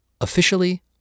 Officially